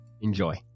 Enjoy